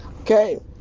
Okay